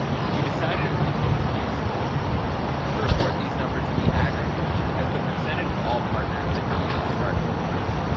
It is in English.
we decided it would be most useful to report these numbers in the aggregate as the percentage of all partners that use startup funds.